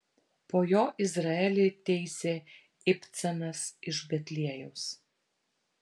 po jo izraelį teisė ibcanas iš betliejaus